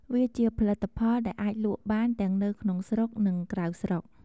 វាជាផលិតផលដែលអាចលក់បាន ទាំងនៅក្នុងស្រុក និងក្រៅស្រុក។